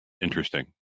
interesting